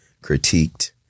critiqued